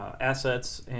assets